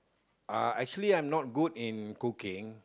uh actually I'm not good in cooking